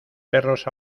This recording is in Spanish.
perros